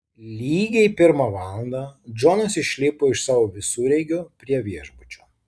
lygiai pirmą valandą džonas išlipo iš savo visureigio prie viešbučio